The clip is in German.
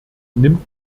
nimmt